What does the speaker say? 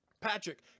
Patrick